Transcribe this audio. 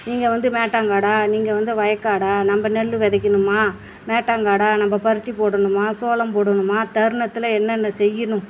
நீங்கள் வந்து மேட்டான் காடாக நீங்கள் வந்து வயல்காடா நம்ம நெல் விதைக்கணுமா மேட்டான் காடா நம்ம பருத்தி போடணுமா சோளம் போடணுமா தருணத்தில் என்னென்ன செய்யணும்